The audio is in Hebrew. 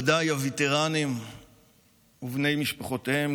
מכובדיי הווטרנים ובני משפחותיהם,